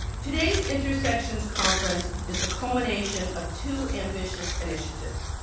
today's intersections conference is the culmination of two ambitious initiatives.